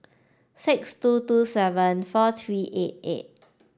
six two two seven four three eight eight